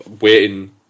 waiting